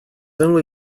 only